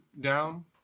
down